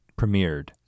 premiered